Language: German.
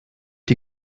die